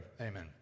Amen